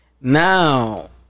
now